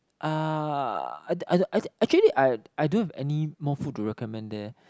uh I don't actually I don't have any more food to recommend there